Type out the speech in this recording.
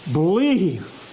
believe